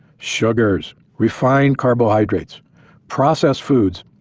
sugars, refined carbohydrates processed foods,